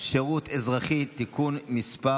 שירות אזרחי (תיקון מס'